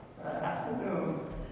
afternoon